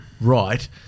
right